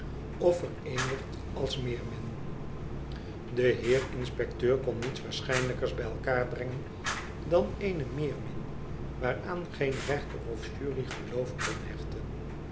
vereenigd als meermin de heer inspecteur kon niets waarschijnlijkers bij elkander brengen dan eene meermin waaraan geen rechter of jury geloof kon hechten